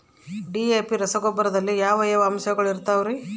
DAP ರಸಗೊಬ್ಬರದಲ್ಲಿ ಯಾವ ಯಾವ ಅಂಶಗಳಿರುತ್ತವರಿ?